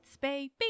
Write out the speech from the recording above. baby